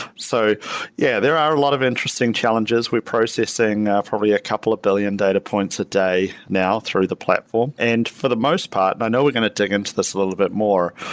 so yeah, there are a lot of interesting challenges. we're processing probably a a couple of billion data points a day now through the platform. and for the most part, and i know we're going to dig in to this a little bit more.